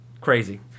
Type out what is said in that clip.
crazy